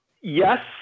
Yes